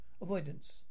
Avoidance